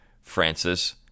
Francis